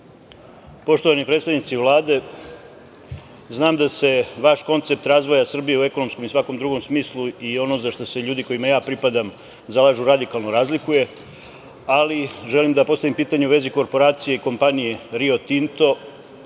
Poštovani predstavnici Vlade, znam da se vaš koncept razvoja Srbije u ekonomskom i svakom drugom smislu i ono zašta se ljudi kojima ja pripadam zalažu radikalno razlikuje, ali želim da postavim pitanje u vezi korporacije kompanije „Rio Tinto“.